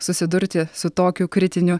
susidurti su tokiu kritiniu